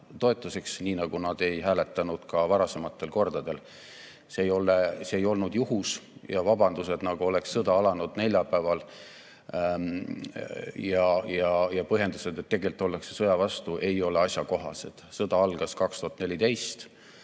toetuseks, nii nagu nad ei hääletanud ka varasematel kordadel. See ei olnud juhus. Vabandused, nagu oleks sõda alanud neljapäeval, ja põhjendused, et tegelikult ollakse sõja vastu, ei ole asjakohased. Sõda algas 2014.